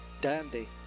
dandy